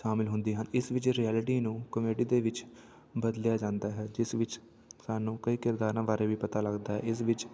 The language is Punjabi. ਸ਼ਾਮਿਲ ਹੁੰਦੇ ਹਨ ਇਸ ਵਿੱਚ ਰਿਐਲਿਟੀ ਨੂੰ ਕੋਮੇਡੀ ਦੇ ਵਿੱਚ ਬਦਲਿਆ ਜਾਂਦਾ ਹੈ ਜਿਸ ਵਿੱਚ ਸਾਨੂੰ ਕਈ ਕਿਰਦਾਰਾਂ ਬਾਰੇ ਵੀ ਪਤਾ ਲੱਗਦਾ ਹੈ ਇਸ ਵਿੱਚ